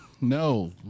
No